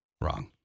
wrong